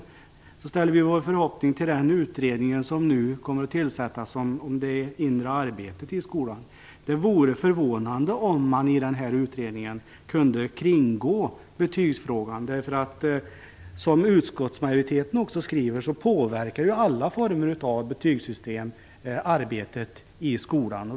Vi i Vänsterpartiet ställer då vår förhoppning till den utredning som nu kommer att tillsättas om det inre arbetet i skolan. Det vore förvånande om den här utredningen kunde kringgå betygsfrågan. Alla former av betygssystem påverkar ju arbetet i skolan, som utskottsmajoriteten skriver.